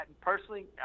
personally